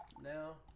now